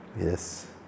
Yes